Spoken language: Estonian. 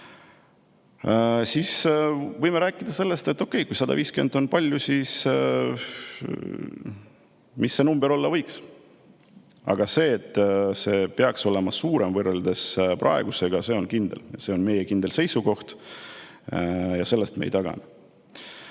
siis võime rääkida sellest, et okei, kui 150 on palju, siis mis see number olla võiks. Aga see, et lapsetoetus peaks võrreldes praegusega suurem olema, on selge. See on meie kindel seisukoht ja sellest me ei